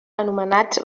anomenats